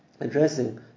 addressing